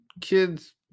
Kids